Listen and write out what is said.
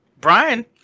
Brian